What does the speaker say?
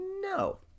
no